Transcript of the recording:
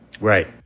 Right